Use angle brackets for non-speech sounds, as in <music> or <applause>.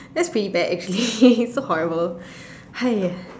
that's pretty bad actually <laughs> so horrible !haiya!